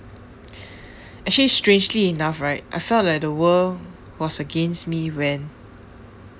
actually strangely enough right I felt like the world was against me when